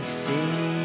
see